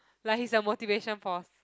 like he's a motivation force